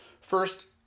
first